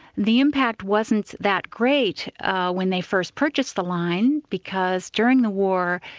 the impact wasn't that great when they first purchased the line, because during the war,